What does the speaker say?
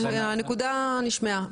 הנקודה נשמעה.